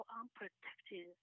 unprotected